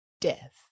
death